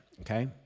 okay